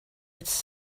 its